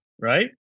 right